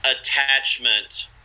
attachment